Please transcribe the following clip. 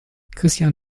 christian